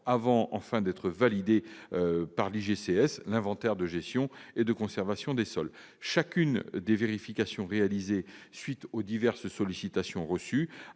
avant d'être enfin validés par l'IGCS- l'inventaire de gestion et de conservation des sols. Chacune des vérifications réalisées à la suite des diverses sollicitations reçues